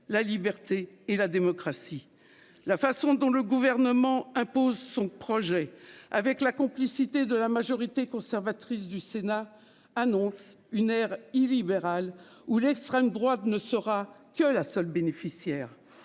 la liberté et la démocratie. La façon dont le gouvernement impose son projet avec la complicité de la majorité conservatrice du Sénat annonce une aire libérale où l'extrême droite ne saura que la seule bénéficiaire